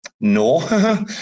no